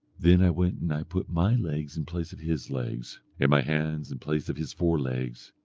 then i went and i put my legs in place of his legs, and my hands in place of his forelegs,